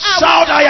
shout